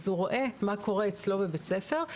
אז הוא רואה מה קורה אצלו בבית הספר.